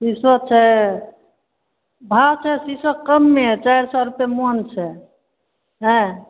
शीशो छै भाव तऽ शीशोके कमे चारि सए रुपे मन छै नहि